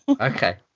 okay